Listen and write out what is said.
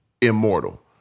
immortal